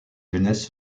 jeunesses